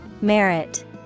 Merit